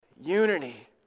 Unity